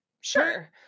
sure